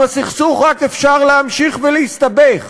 עם הסכסוך רק אפשר להמשיך ולהסתבך.